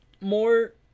more